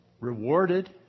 rewarded